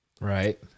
Right